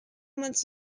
months